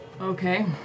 Okay